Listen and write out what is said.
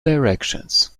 directions